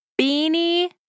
Beanie